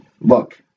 look